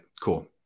cool